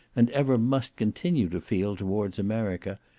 and ever must continue to feel towards america,